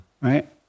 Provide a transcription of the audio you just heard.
Right